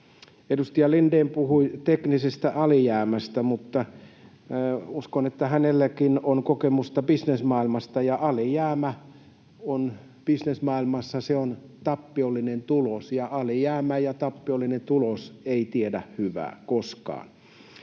Edustaja Lindén puhui teknisestä alijäämästä, mutta uskon, että hänelläkin on kokemusta bisnesmaailmasta: alijäämä bisnesmaailmassa on tappiollinen tulos, ja alijäämä ja tap-piollinen tulos eivät tiedä hyvää koskaan.